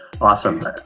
Awesome